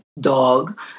dog